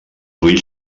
ulls